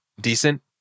decent